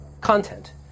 content